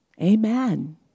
Amen